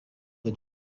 est